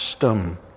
custom